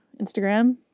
Instagram